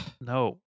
No